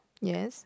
yes